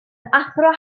athro